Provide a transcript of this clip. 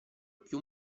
più